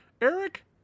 Eric